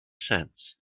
sense